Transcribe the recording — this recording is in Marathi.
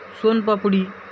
सोनपापडी